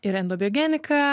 ir endobiogenika